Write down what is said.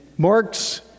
Mark's